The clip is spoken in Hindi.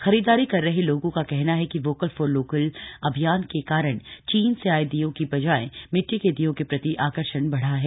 खरीदारी कर रहे लोगों का कहना है कि वोकल फॉर लोकल अभियान के कारण चीन से आये दीयों की बजाय मिट्टी के दीयों के प्रति आकर्षण बढ़ा है